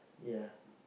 yeah